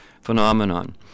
phenomenon